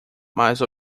mas